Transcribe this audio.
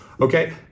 okay